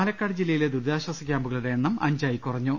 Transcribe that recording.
പാലക്കാട് ജില്ലയിലെ ദുരിതാശ്വാസ ക്യാംപുകളുടെ എണ്ണം അഞ്ചായി കുറഞ്ഞു